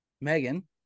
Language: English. Megan